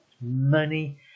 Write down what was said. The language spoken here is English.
money